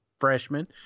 freshman